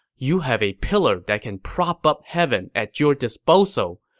you have a pillar that can prop up heaven at your disposal.